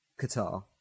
Qatar